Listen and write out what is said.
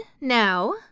now